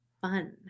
fun